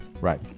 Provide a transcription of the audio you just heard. Right